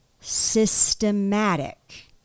systematic